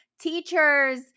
Teachers